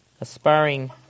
aspiring